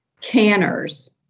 canners